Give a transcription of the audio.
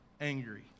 angry